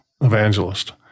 evangelist